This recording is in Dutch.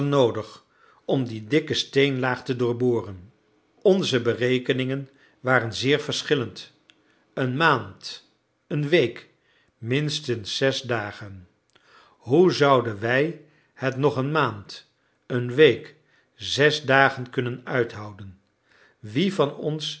noodig om die dikke steenlaag te doorboren onze berekeningen waren zeer verschillend een maand een week minstens zes dagen hoe zouden wij het nog een maand een week zes dagen kunnen uithouden wie van ons